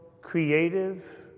creative